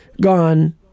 gone